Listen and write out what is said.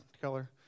Keller